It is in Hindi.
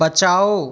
बचाओ